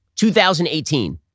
2018